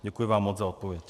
Děkuji vám moc za odpověď.